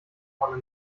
vorne